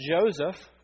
Joseph